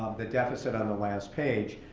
the deficit on the last page,